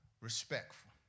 respectful